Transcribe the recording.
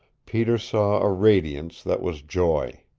peter saw a radiance that was joy.